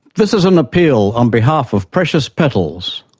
this is an appeal on behalf of precious petals.